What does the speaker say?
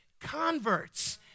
converts